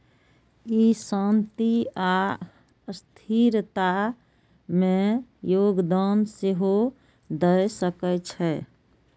ई शांति आ स्थिरता मे योगदान सेहो दए सकै छै